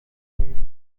sendirian